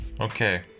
Okay